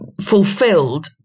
fulfilled